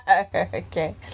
Okay